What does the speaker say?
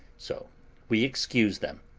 so we excused them.